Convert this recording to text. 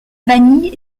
vanille